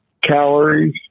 calories